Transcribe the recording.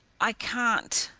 i can't.